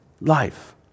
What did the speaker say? life